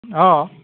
অঁ